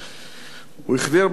הוא החדיר בנו ערכים